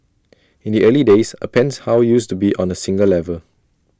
in the early days A penthouse used to be on A single level